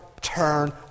turn